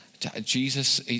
Jesus